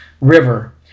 River